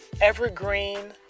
evergreen